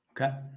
Okay